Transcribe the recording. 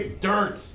dirt